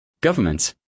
governments